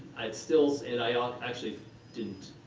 i'd still, and i um actually didn't